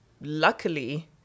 luckily